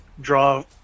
draw